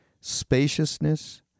spaciousness